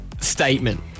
statement